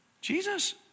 Jesus